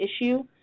issue